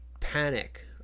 panic